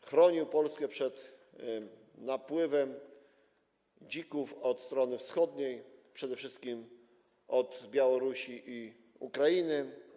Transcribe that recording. chroniło Polskę przed napływem dzików od strony wschodniej, przede wszystkim z Białorusi i Ukrainy.